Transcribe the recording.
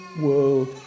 world